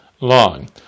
long